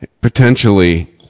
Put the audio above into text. potentially